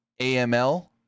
AML